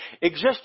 exist